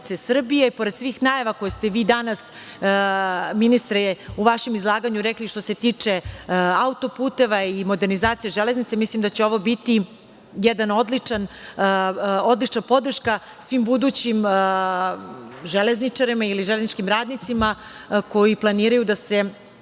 Srbije. Pored svih najava koje ste vi danas, ministre, u vašem izlaganju rekli što se tiče autoputeva i modernizacije železnice, mislim da će ovo biti jedna odlična podrška svim budućim železničarima ili železničkim radnicima koji planiraju da se